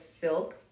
silk